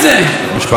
רק משפט סיכום,